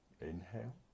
Inhale